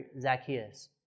Zacchaeus